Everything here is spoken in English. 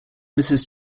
mrs